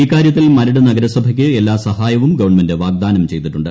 ഇക്കാര്യത്തിൽ മരട് നഗരസഭയ്ക്ക് എല്ലാ സഹായവും ഗവൺമെന്റ് വാഗ്ദാനം ചെയ്തിട്ടുണ്ട്